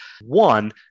one